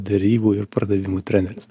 derybų ir pardavimų treneris